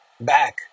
back